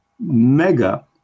mega